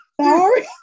Sorry